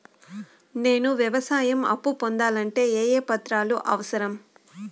నేను వ్యవసాయం అప్పు పొందాలంటే ఏ ఏ పత్రాలు అవసరం?